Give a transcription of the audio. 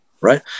right